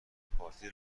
پارتی